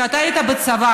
כשאתה היית בצבא,